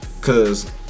Cause